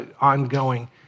ongoing